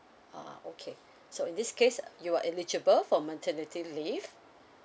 ah okay so in this case you are eligible for maternity leave